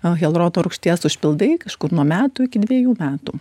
o hialurono rūgšties užpildai kažkur nuo metų iki dviejų metų